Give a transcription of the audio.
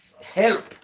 help